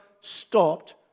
stopped